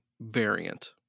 variant